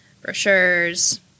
brochures